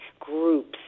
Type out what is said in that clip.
groups